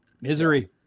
Misery